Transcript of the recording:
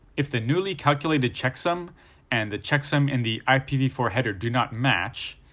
if the newly calculated checksum and the checksum in the i p v four header do not match,